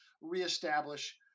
reestablish